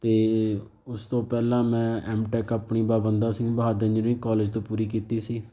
ਅਤੇ ਉਸ ਤੋਂ ਪਹਿਲਾਂ ਮੈਂ ਐੱਮ ਟੈਕ ਆਪਣੀ ਬਾਬਾ ਬੰਦਾ ਸਿੰਘ ਬਹਾਦਰ ਇੰਜਨੀਅਰ ਕੋਲਜ ਤੋਂ ਪੂਰੀ ਕੀਤੀ ਸੀ